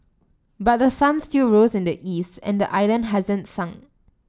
but the sun still rose in the east and the island hasn't sunk